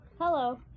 Hello